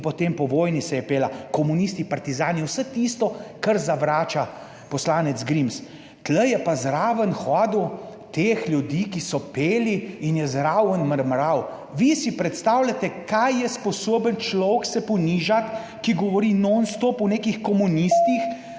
in potem po vojni se je pela komunisti, partizani, vse tisto, kar zavrača poslanec Grims, tu je pa zraven hodil, teh ljudi, ki so peli in je zraven mrmral, vi si predstavljate kaj je sposoben človek se ponižati, ki govori nonstop o nekih komunistih,